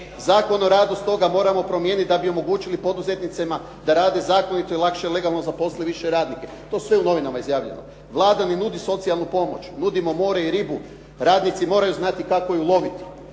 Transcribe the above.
"Zakon o radu stoga moramo promijeniti da bi omogućili poduzetnicima da rade zakonito i lakše, legalno zaposle više radnike", to je sve u novinama izjavljeno, "Vlada ne nudi socijalnu pomoć, nudimo more i ribu, radnici moraju znati kako je uloviti",